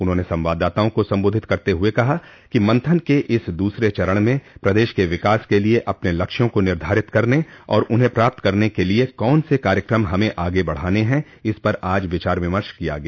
उन्होंने संवाददाताओं को सबोधित करते हुए कहा कि मंथन के इस दूसरे चरण में प्रदेश के विकास के लिए अपने लक्ष्यों को निर्धारित करने और उन्हें प्राप्त करने के लिये कौन से कार्यकम हमें आगे बढ़ाने ह इस पर आज विचार विमर्श किया गया